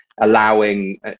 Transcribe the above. allowing